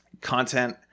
content